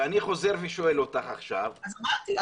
ואני חוזר ושואל אותך עכשיו --- אז אמרתי,